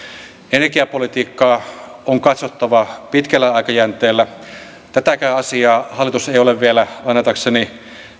energiapolitiikkaa on katsottava pitkällä aikajänteellä tätäkään asiaa hallitus ei ole vielä lainatakseni